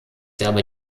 dabei